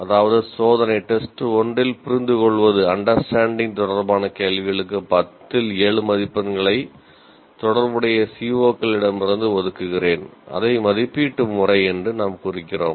அதாவது சோதனை தொடர்பான கேள்விகளுக்கு 10 இல் ஏழு மதிப்பெண்களை தொடர்புடைய COக்களிடமிருந்து ஒதுக்குகிறேன் அதை மதிப்பீட்டு முறை என்று நாம் குறிக்கிறோம்